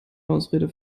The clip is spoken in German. ausrede